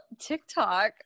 TikTok